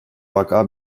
vaka